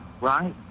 right